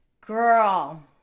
girl